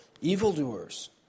evildoers